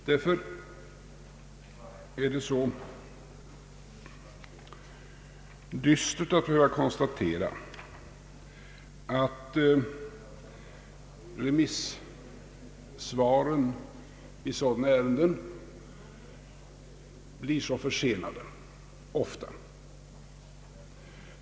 Det är därför dystert att behöva konstatera att remissvaren i sådana ärenden ofta blir så försenade.